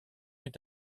est